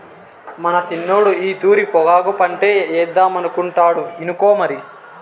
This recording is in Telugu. మన సిన్నోడు ఈ తూరి పొగాకు పంటేద్దామనుకుంటాండు ఇనుకో మరి